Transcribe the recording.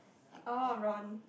oh Ron